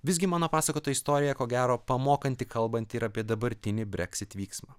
visgi mano pasakota istorija ko gero pamokanti kalbant ir apie dabartinį brexit vyksmą